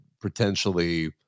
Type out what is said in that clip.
potentially